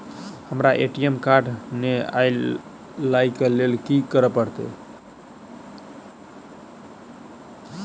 हमरा ATM card नै अई लई केँ लेल की करऽ पड़त?